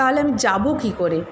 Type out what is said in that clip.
তাহলে আমি যাব কী করে